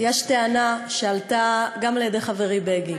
יש טענה שהועלתה גם על-ידי חברי בגין,